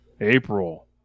April